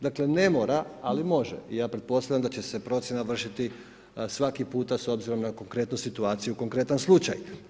Dakle, ne mora, ali može i ja pretpostavljam da će se procjena vršiti svaki puta s obzirom na konkretnu situaciju, konkretan slučaj.